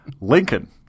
Lincoln